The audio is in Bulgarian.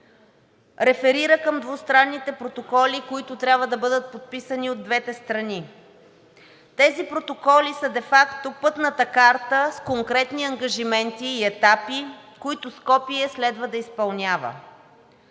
реферира към двустранните протоколи, които трябва да бъдат подписани от двете страни. Тези протоколи са де факто пътната карта, с конкретни ангажименти и етапи, които Скопие следва да изпълнява.